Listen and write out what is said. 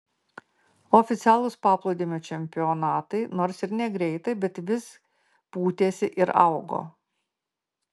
oficialūs paplūdimio čempionatai nors ir negreitai bet vis pūtėsi ir augo